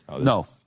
No